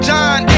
John